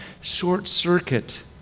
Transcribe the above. short-circuit